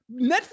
Netflix